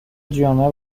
جمعه